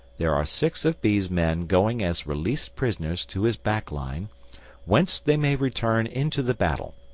there are six of b's men going as released prisoners to his back line whence they may return into the battle,